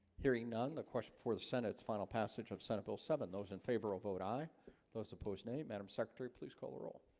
hearing none the course before the senate's final passage of senate bill seven those in favor of vote aye those opposed nay, madam secretary please call the roll